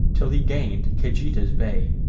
till he gain'd cajeta's bay.